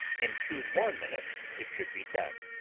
in two more minutes it should be done.